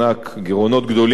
בתקציבי קופות-החולים,